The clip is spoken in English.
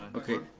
okay, oh,